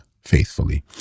faithfully